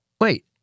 Wait